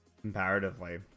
comparatively